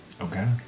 Okay